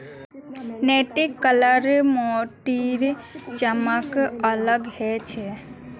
निर्यात कराल मोतीर चमक अलग ह छेक